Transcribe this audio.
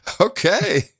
Okay